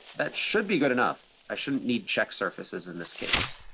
that should be good enough. i shouldn't need check surfaces in this case.